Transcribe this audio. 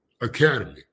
academy